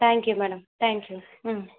thank you madam thank you ம்